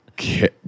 Okay